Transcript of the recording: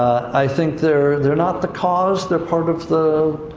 i think they're, they're not the cause, they're part of the,